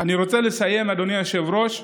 אדוני היושב-ראש,